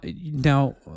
now